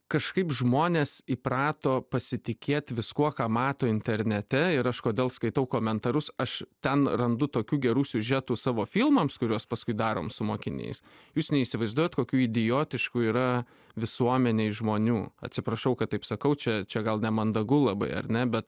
kažkaip žmonės įprato pasitikėt viskuo ką mato internete ir aš kažkodėl skaitau komentarus aš ten randu tokių gerų siužetų savo filmams kuriuos paskui darom su mokiniais jūs neįsivaizduojat kokių idiotiškų yra visuomenėj žmonių atsiprašau kad taip sakau čia čia gal nemandagu labai ar ne bet